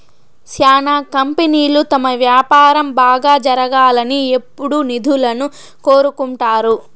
శ్యానా కంపెనీలు తమ వ్యాపారం బాగా జరగాలని ఎప్పుడూ నిధులను కోరుకుంటారు